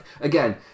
Again